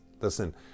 Listen